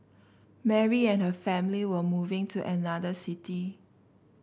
Mary and her family were moving to another city